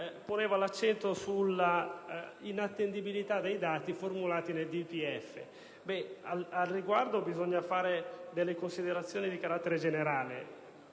poneva l'accento sull'inattendibilità dei dati formulati nel DPEF. Al riguardo occorre fare delle considerazioni di carattere generale.